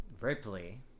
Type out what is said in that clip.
Ripley